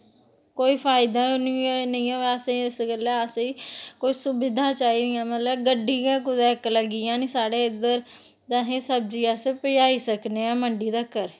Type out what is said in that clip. कोई फायदा निं होऐ असें कोई सुविधा निं ऐ इस गल्ला असें ई सुविधां चाही दियां गड्डी गै कुदै इक्क लग्गी जाह्न साढ़े इद्धर ते अस सब्ज़ी पजाई सकदे आं मंडी तगर